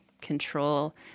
control